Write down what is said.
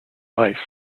life